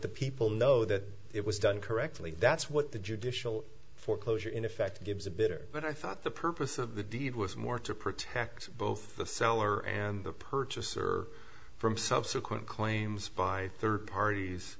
the people know that it was done correctly that's what the judicial foreclosure in effect gives a bitter but i thought the purpose of the deed was more to protect both the seller and the purchaser from subsequent claims by third parties